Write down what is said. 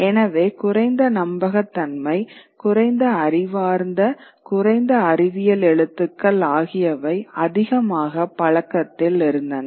எனவே குறைந்த நம்பகத்தன்மை குறைந்த அறிவார்ந்த குறைந்த அறிவியல் எழுத்துக்கள் ஆகியவை அதிகமாக பழக்கத்தில் இருந்தன